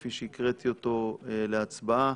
כפי שהקראתי אותו, להצבעה.